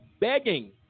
begging